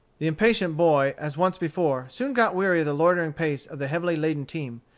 the impatient boy, as once before, soon got weary of the loitering pace of the heavily laden team,